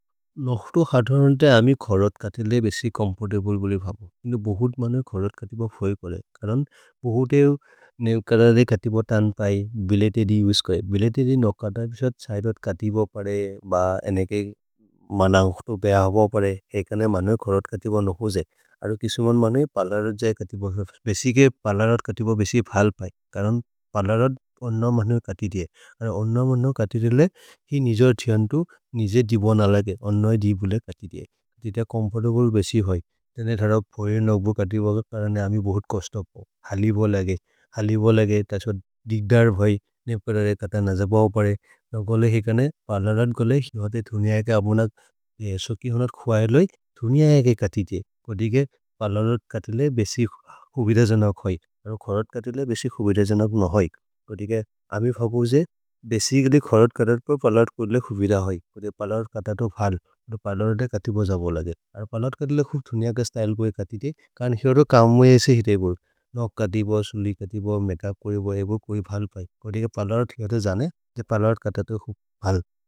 नुख्तु खत्वनते अमि खरद् खतिले बेसि चोम्फोर्तब्ले बोलि भवु। कुन्दु बहुत् मनुये खरद् खतिब फोए करे, करन् बहुते नेउकरदे खतिब तन् पए। भिलेते दी उस्करे, बिलेते दी नोकत बेसत् छहिरत् खतिब परे। ब एनेके मनन्ग्ख्तु बेहव परे, एकने मनुये खरद् खतिब नुखेजे। अरु किसुमोन् मनुये पलरोद् जये खतिब, बेसिगे पलरोद् खतिब बेसि भल् पए। करन् पलरोद् अन्नम् मनुये खतिदिए। अरु अन्नम् मनुये खतिदिए ले हि निजोर् थियन्तु, निजेर् जिबोन् अलगे, अन्नम् जिबुले खतिदिए। जित चोम्फोर्तब्ले बेसि होइ। जने थर फोए नुक्बो खतिब परने अमि बहुत् कोस्तब् हो, हलि बोल् अगे। हलि। बोल् अगे, तसो दिग्दर् भोइ। नेपररे कत नजब हो परे, नुकोले एकने पलरोद् कोले हिहते धुनिअ एके अबुनक्। सो कि होन खुअयेल् होइ, धुनिअ एके खतिदिए। को दिके पलरोद् खतिले बेसि हुबिर जनक् होइ, अरु खरोद् खतिले बेसि हुबिर जनक् नहोइ। को दिके अमि भगो जे बेसिग्दि खरोद् खतर् पे पलरोद् कुद्ले हुबिर होइ, को दिके पलरोद् कत तो भल्। तो पलरोद् अए खतिबज बोल् अगे, अरु पलरोद् खतिले खु धुनिअ क स्त्य्ले भोइ खतिदिए। करन् हिरो काम् होइ ऐसे हि रहे बोल्। नोख् खतिब, सुलि खतिब, मके उप् करिब, एबो को हि भल् भै, को दिके पलरोद् कत जने। जे पलरोद् कत तो भल्।